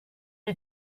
who